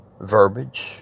verbiage